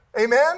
amen